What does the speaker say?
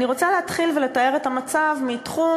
אני רוצה להתחיל ולתאר את המצב מתחום